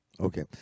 okay